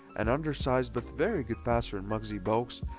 an undersized, but very good passer in muggsy bogues,